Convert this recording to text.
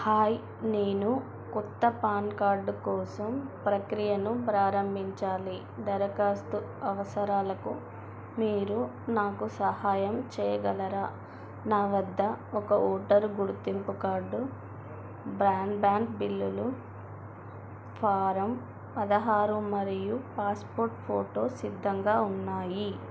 hi నేను కొత్త PAN card కోసం ప్రక్రియను ప్రారంభించాలి దరఖాస్తు అవసరాలకు మీరు నాకు సహాయం చేయగలరా నా వద్ద ఒక ఓటరు గుర్తింపు కార్డు బ్రాడ్బ్యాండ్ బిల్లులు ఫారం పదహారు మరియు పాస్పోర్ట్ ఫోటో సిద్ధంగా ఉన్నాయి